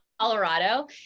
Colorado